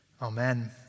Amen